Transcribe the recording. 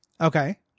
Okay